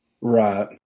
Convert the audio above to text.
Right